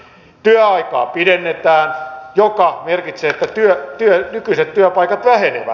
työaikaa pidennetään mikä merkitsee että nykyiset työpaikat vähenevät